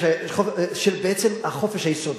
בעצם החופש היסודי.